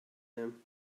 him